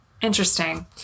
Interesting